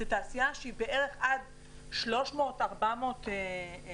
זו תעשייה שהיא בערך עד 300 400 עובדים,